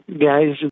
guys